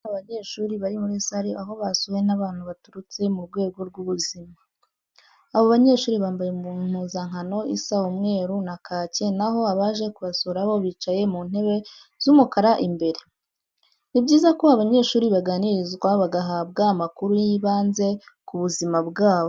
Ni abanyeshuri bari muri sale aho basuwe n'abantu baturutse mu rwego rw'ubuzima. Abo banyeshuri bambaye impuzankano isa umweru na kake naho abaje ku basura bo bicaye mu ntebe z'umukara imbere. Ni byiza ko abanyeshuri baganirizwa bagahabwa amakuru y'ibanze ku buzima bwabo.